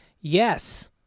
Yes